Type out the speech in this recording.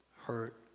hurt